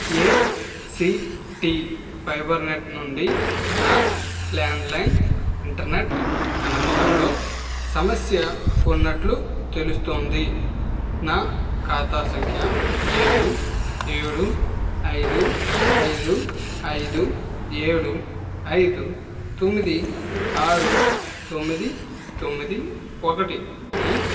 ACT Fibernet నుండి నా landline internet కనెక్షన్లో సమస్య ఉన్నట్లు తెలుస్తోంది నా ఖాతా సంఖ్య ఏడు ఏడు ఐదు ఐదు ఐదు ఏడు ఐదు తొమ్మిది ఆరు తొమ్మిది తొమ్మిది ఒకటిను